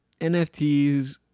NFTs